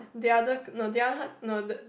the other c~ the other h~ no the